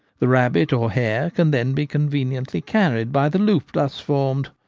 the rabbit or hare can then be conveniently carried by the loop thus formed,